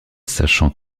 sachant